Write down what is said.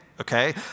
okay